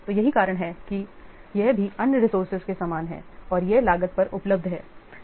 तो यही कारण है कि यह भी अन्य रिसोर्सेज के समान है और यह लागत पर उपलब्ध है